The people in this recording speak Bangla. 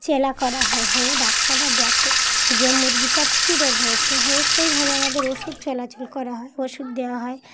করা হয় হয়ে ডাক্তাররা দেখে যে মুরগিটার কী রোগ হয়েছে হয়ে সেইভাবে আমাদের ওষুধ চলাচল করা হয় ওষুধ দেওয়া হয়